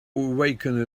awaken